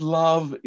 love